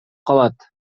калат